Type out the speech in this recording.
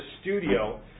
studio